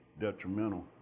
detrimental